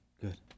good